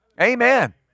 Amen